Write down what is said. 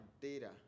data